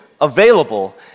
available